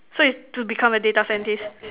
so is to become a data scientist